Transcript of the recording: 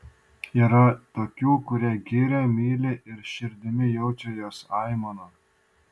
yra tokių kurie girią myli ir širdimi jaučia jos aimaną